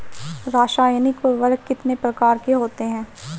रासायनिक उर्वरक कितने प्रकार के होते हैं?